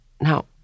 Now